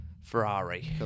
Ferrari